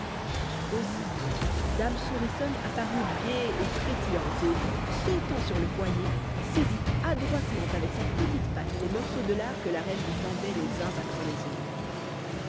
aussitôt dame souriçonne apparut gaie et frétillante et sautant sur le foyer saisit adroitement avec sa petite patte les morceaux de lard que la reine lui tendait les uns après les autres